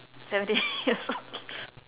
seventeen years old